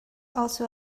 also